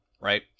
Right